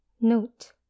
note